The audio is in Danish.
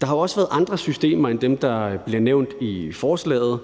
Der har også været andre systemer end dem, der bliver nævnt i forslaget.